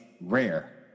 rare